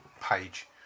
page